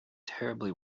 terribly